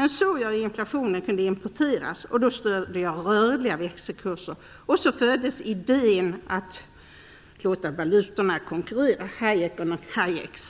Men så såg jag hur inflation kunde importeras, då stödde jag rörliga växelkurser och så föddes idén att låta valutorna konkurrera." Hayeks